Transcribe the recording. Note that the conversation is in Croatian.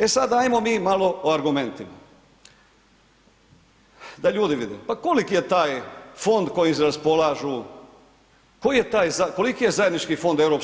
E sad ajmo mi malo o argumentima da ljudi vide, pa koliko je taj fond kojim raspolažu, koliki je zajednički Fond EU,